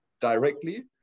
directly